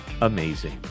amazing